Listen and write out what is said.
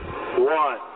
one